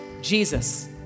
Jesus